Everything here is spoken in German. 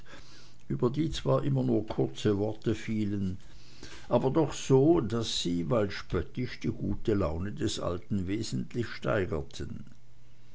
über die zwar immer nur kurze worte fielen aber doch so daß sie weil spöttisch die gute laune des alten wesentlich steigerten